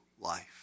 life